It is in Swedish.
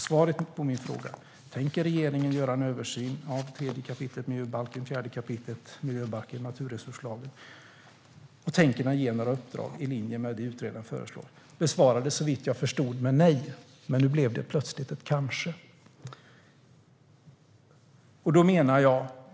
Svaret på min fråga om regeringen tänker göra en översyn av 3 kap. miljöbalken, 4 kap. miljöbalken och naturresurslagen och om regeringen tänker ge några uppdrag i linje med vad utredaren föreslår var såvitt jag förstod nej. Men nu blev det plötsligt ett kanske.